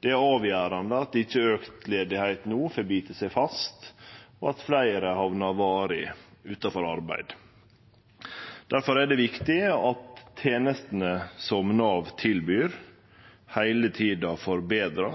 Det er avgjerande at ikkje auka arbeidsløyse no får bite seg fast slik at fleire hamnar varig utanfor arbeid. Difor er det viktig at tenestene som Nav tilbyr, heile tida